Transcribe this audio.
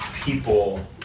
people